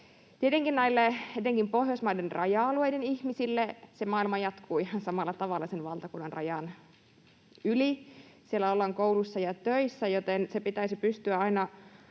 etenkin Pohjoismaiden raja-alueiden ihmisille se maailma jatkuu ihan samalla tavalla sen valtakunnanrajan yli, siellä ollaan koulussa ja töissä, joten se pitäisi pystyä aina